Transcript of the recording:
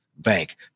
Bank